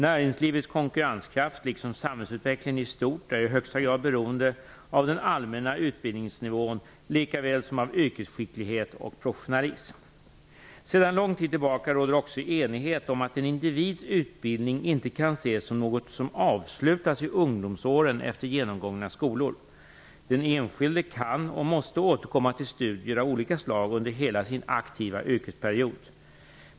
Näringslivets konkurrenskraft liksom samhällsutvecklingen i stort är i högsta grad beroende av den allmänna utbildningsnivån likaväl som av yrkesskicklighet och professionalism. Sedan lång tid tillbaka råder också enighet om att en individs utbildning inte kan ses som något som avslutas i ungdomsåren efter genomgångna skolor. Den enskilde kan och måste återkomma till studier av olika slag under hela sin aktiva yrkesperiod.